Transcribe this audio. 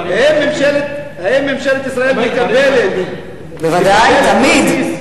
האם ממשלת ישראל, בוודאי, תמיד.